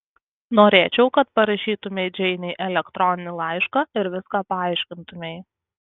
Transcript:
norėčiau kad parašytumei džeinei elektroninį laišką ir viską paaiškintumei